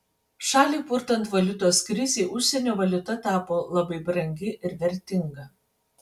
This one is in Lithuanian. šalį purtant valiutos krizei užsienio valiuta tapo labai brangi ir vertinga